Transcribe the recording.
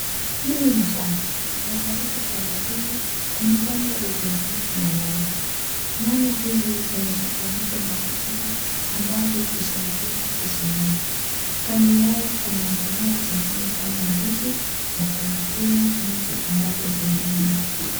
Hili ni shamba na katika shamba hili kumepandwa vituinguu na nyanya. Nyanya hizi zimeshikanishwa na vijiti ambavyo husaidia kusimama. Kando yao kuna mimea zingine kama ndizi na kuna pia miti ambazo zimemea.